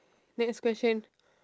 next question